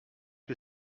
que